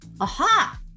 Aha